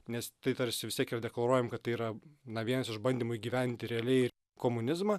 nes tai tarsi vis tiek deklaruojam kad tai yra na vienas iš bandymų įgyvendinti realiai komunizmą